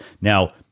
Now